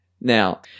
Now